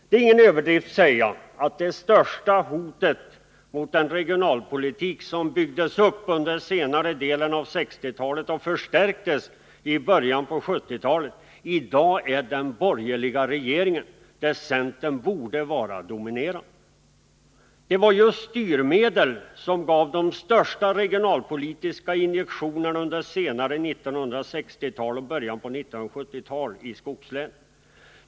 Det är ingen överdrift att säga att det största hotet mot den regionalpolitik som byggdes upp under senare delen av 1960-talet och som förstärktes i början av 1970-talet i dag är den borgerliga regeringen, där centern borde vara dominerande. Det var just styrmedel som gav de största regionalpolitiska injektionerna i skogslänen under det sena 1960-talet och början av 1970-talet.